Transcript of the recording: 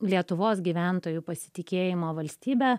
lietuvos gyventojų pasitikėjimo valstybe